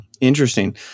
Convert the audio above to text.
Interesting